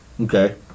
okay